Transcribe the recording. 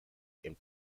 and